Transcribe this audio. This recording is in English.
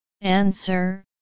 Answer